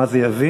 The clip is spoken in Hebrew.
מה זה יביא,